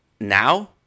now